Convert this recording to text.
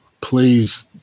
please